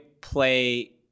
play